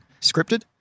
Scripted